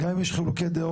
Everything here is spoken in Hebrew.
גם אם יש חילוקי דעות,